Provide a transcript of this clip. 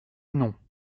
non